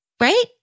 right